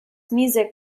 music